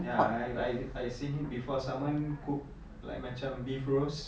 ya I I I've seen it before someone cook like macam beef rose